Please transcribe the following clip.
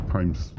Times